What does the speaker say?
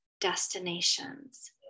destinations